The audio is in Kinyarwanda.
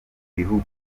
bihugu